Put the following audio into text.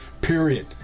Period